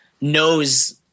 knows